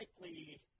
Likely